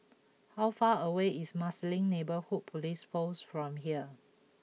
how far away is Marsiling Neighbourhood Police Post from here